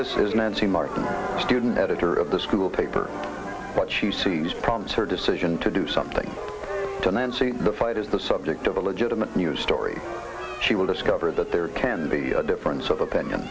this is nancy martin student editor of the school paper but she sees problems her decision to do something to nancy the fight is the subject of a legitimate news story she will discover that there can be a difference of opinion